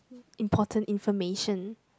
important information